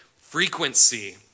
frequency